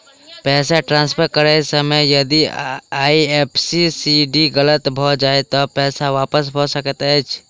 पैसा ट्रान्सफर करैत समय यदि आई.एफ.एस.सी कोड गलत भऽ जाय तऽ पैसा वापस भऽ सकैत अछि की?